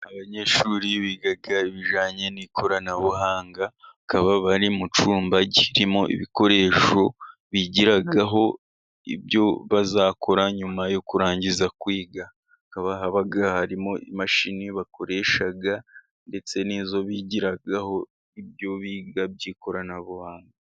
Abanyeshuri biga ibijyanye n'ikoranabuhanga, bakaba bari mu cyumba kirimo ibikoresho bigiraho ibyo bazakora nyuma yo kurangiza kwiga, hakaba harimo imashini bakoresha, ndetse n'izo bigiraho ibyo biga by'ikoranabuhanga.